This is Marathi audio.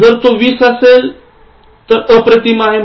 जर तो २० असेल तर अप्रतिम आहे